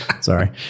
sorry